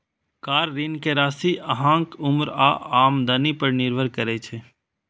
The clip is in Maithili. कार ऋण के राशि अहांक उम्र आ आमदनी पर निर्भर करै छै